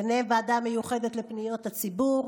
וביניהן הוועדה המיוחדת לפניות הציבור,